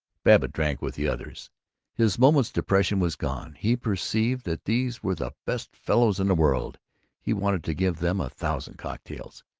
babbitt drank with the others his moment's depression was gone he perceived that these were the best fellows in the world he wanted to give them a thousand cocktails.